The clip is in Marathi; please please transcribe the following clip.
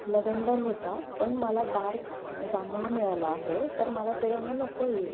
लव्हेंडर होता पण मला डार्क जांभळा मिळाला आहे तर मला तो रंग नको आहे